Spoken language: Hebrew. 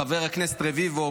חבר הכנסת רביבו,